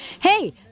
Hey